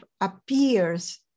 appears